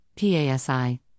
PASI